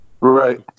Right